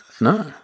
No